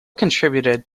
contributed